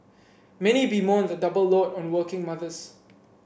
many bemoan the double load on working mothers